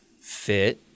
fit